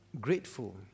grateful